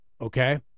okay